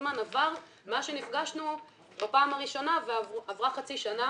זמן עבר מאז נפגשנו בפעם הראשונה עברה חצי שנה